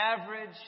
average